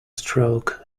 stroke